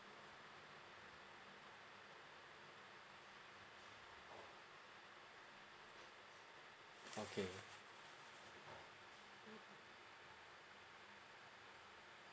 okay